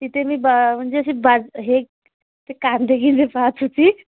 तिथे मी बा म्हणजे अशी बा हे ते कांदे घेणे पाहत होती